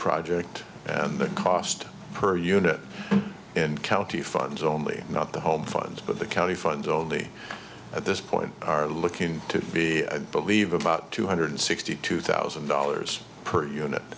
project and the cost per unit and county funds only not the funds but the county funds only at this point are looking to be i believe about two hundred sixty two thousand dollars per unit